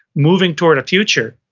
moving toward a future,